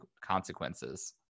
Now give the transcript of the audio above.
consequences